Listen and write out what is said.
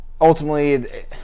ultimately